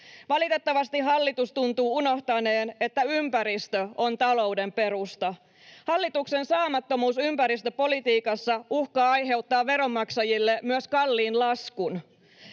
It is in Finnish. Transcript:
Valitettavasti hallitus tuntuu unohtaneen, että ympäristö on talouden perusta. Hallituksen saamattomuus ympäristöpolitiikassa uhkaa aiheuttaa veronmaksajille myös kalliin laskun.